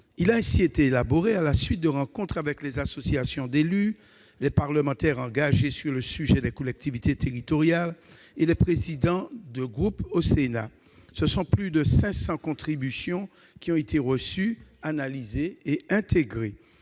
a ainsi été élaboré à la suite de rencontres avec les associations d'élus, les parlementaires engagés sur le sujet des collectivités territoriales et les présidents de groupe du Sénat. Plus de 500 contributions ont ainsi été reçues, analysées et intégrées.